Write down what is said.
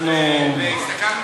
שתדע.